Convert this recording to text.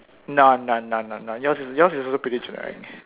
nah nah nah nah nah yours yours is also pretty generic